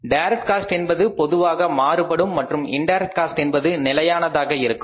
direct cost என்பது பொதுவாக மாறுபடும் மற்றும் இண்டைரக்ட் காஸ்ட் என்பது நிலையானதாக இருக்கும்